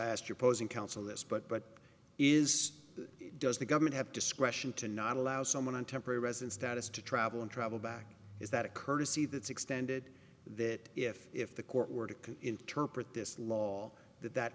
asked you're posing counsel this but but is does the government have discretion to not allow someone on temporary residence status to travel and travel back is that a courtesy that's extended that if if the court were to interpret this law that that